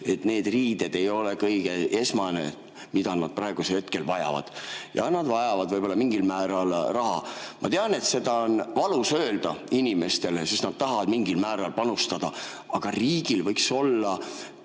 riideid. Riided ei ole kõige esmane, mida need inimesed praegu vajavad. Jaa, nad vajavad võib-olla mingil määral raha. Ma tean, et seda on valus öelda inimestele, sest nad tahavad mingil määral panustada, aga riigil võiks olla